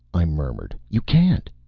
i murmured. you can't.